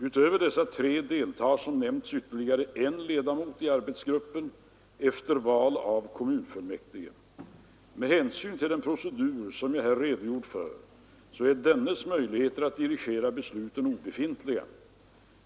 Utöver dessa tre deltar som nämnts ytterligare en ledamot i arbetsgruppen efter val av kommunfullmäktige. Med hänsyn till den procedur som jag här redogjort för är dennes möjligheter att dirigera besluten obefintliga.